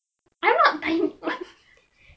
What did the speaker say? I'm not ti~ what